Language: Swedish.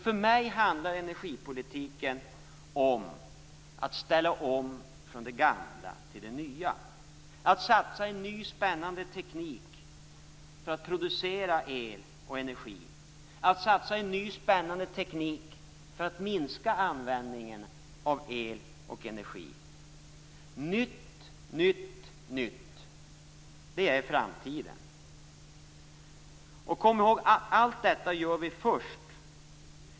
För mig handlar energipolitiken om att ställa om från det gamla till det nya, att satsa i ny, spännande teknik för att producera el och energi, att satsa i ny spännande teknik för att minska användningen av el och energi. Nytt, nytt, nytt - det är framtiden. Kom ihåg: Allt detta gör vi först.